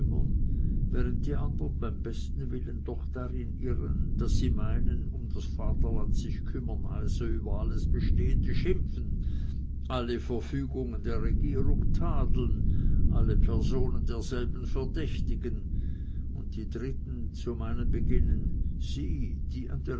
während die andern beim besten willen doch darin irren daß sie meinen um das vaterland sich kümmern heiße über alles bestehende schimpfen alle verfügungen der regierung tadeln alle personen derselben verdächtigen und die dritten zu meinen beginnen sie die